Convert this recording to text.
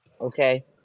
Okay